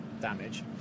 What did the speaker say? damage